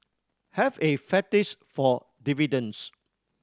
have a fetish for dividends